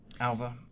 Alva